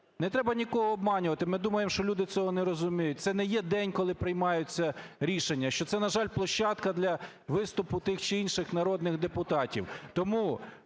не треба нікого обманювати, ми думаємо, що люди цього не розуміють, - це не є день, коли приймаються рішення, що це, на жаль, площадка для виступу тих чи інших народних депутатів.